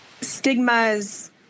stigmas